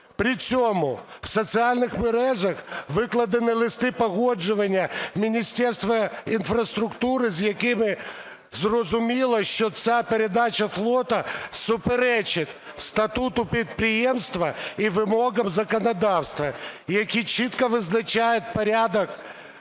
При цьому в соціальних мережах викладені листи погодження Міністерства інфраструктури, з яких зрозуміло, що ця передача флоту суперечить статуту підприємства і вимогам законодавства, які чітко визначають порядок